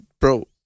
bro